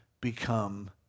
become